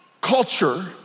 culture